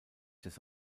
des